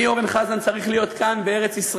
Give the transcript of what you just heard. אני, אורן חזן, צריך להיות כאן, בארץ-ישראל.